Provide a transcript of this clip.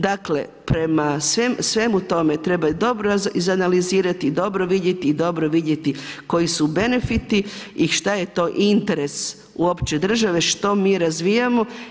Dakle prema svemu tome treba dobro izanalizirati i dobro vidjeti i dobro vidjeti koji su benefiti i šta je to interes uopće države, što mi razvijamo.